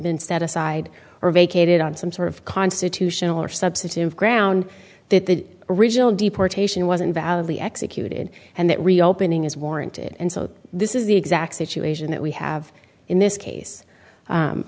been set aside or vacated on some sort of constitutional or substantive ground that the original deportation was invalidly executed and that reopening is warranted and so this is the exact situation that we have in this case